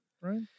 Right